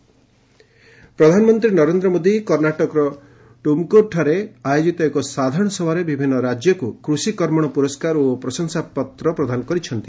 କୃଷି କର୍ମଣ ପ୍ରଧାନମନ୍ତ୍ରୀ ନରେନ୍ଦ୍ର ମୋଦୀ କର୍ଷ୍ଣାଟକର ଟୁମକୁରୁଠାରେ ଆୟୋଜିତ ଏକ ସାଧାରଣ ସଭାରେ ବିଭିନ୍ନ ରାଜ୍ୟକୁ କୃଷି କର୍ମଣ ପୁରସ୍କାର ଓ ପ୍ରଶଂସାପତ୍ର ପ୍ରଦାନ କରିଛନ୍ତି